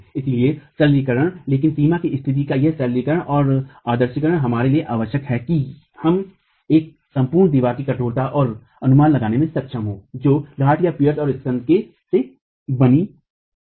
इसलिए सरलीकरण लेकिन सीमा की स्थिति का यह सरलीकरण और आदर्शीकरण हमारे लिए आवश्यक है कि हम एक संपूर्ण दीवार की कठोरता और अनुमान लगाने में सक्षम हों जो घाटपियर्स और स्कन्ध से बनी हो